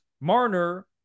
Marner